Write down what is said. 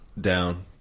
Down